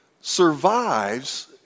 survives